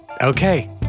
Okay